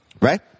Right